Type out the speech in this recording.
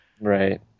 Right